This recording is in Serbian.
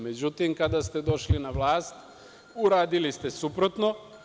Međutim, kada ste došli na vlast, uradili ste suprotno.